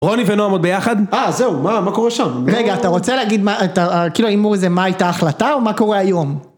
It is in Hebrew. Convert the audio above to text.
רוני ונועם עוד ביחד? אה, זהו, מה קורה שם? רגע, אתה רוצה להגיד כאילו ההימור איזה מה הייתה ההחלטה, או מה קורה היום?